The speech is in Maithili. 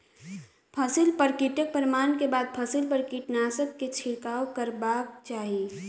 फसिल पर कीटक प्रमाण के बाद फसिल पर कीटनाशक के छिड़काव करबाक चाही